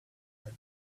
that